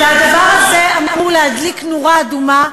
הדבר הזה אמור להדליק נורה אדומה,